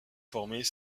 former